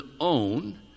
own